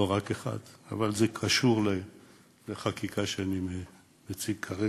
לא רק אחד, אבל זה קשור לחקיקה שאני מציג כרגע.